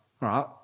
right